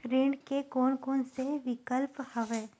ऋण के कोन कोन से विकल्प हवय?